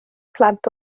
plant